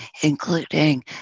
including